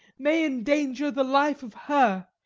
may endanger the life of her,